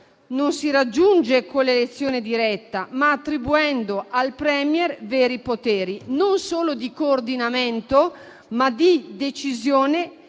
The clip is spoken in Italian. non si raggiunge con l'elezione diretta, bensì attribuendo al *Premier* veri poteri, non solo di coordinamento, ma di decisione;